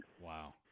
Wow